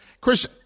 Chris